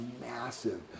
massive